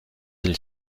del